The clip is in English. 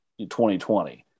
2020